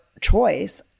choice